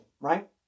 right